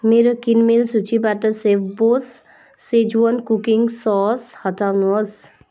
मेरो किनमेल सूचीबाट सेफबोस सेज्वान कुकिङ सस हटाउनुहोस्